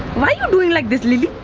why are you doing like this, lilly?